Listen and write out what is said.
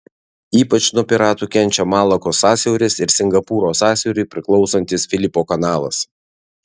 ypač nuo piratų kenčia malakos sąsiauris ir singapūro sąsiauriui priklausantis filipo kanalas